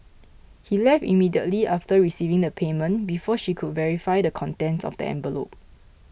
he left immediately after receiving the payment before she could verify the contents of the envelope